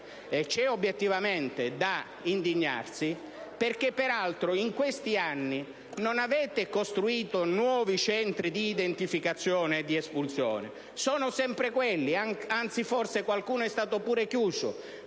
c'è obiettivamente da indignarsi. Peraltro, in questi anni non avete costruito nuovi Centri di identificazione ed espulsione, sono sempre quelli, anzi, forse qualcuno è stato pure chiuso,